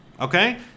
Okay